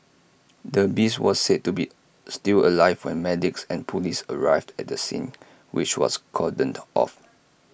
the beast was said to be still alive when medics and Police arrived at the scene which was cordoned off